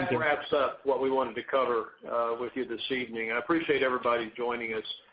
wraps up what we wanted to cover with you this evening. i appreciate everybody joining us.